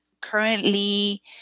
currently